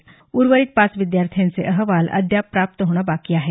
तर उर्वरित पाच विद्यार्थ्यांचे अहवाल अद्याप प्राप्त होणे बाकी आहेत